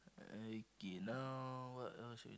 okay now what else we